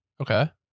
okay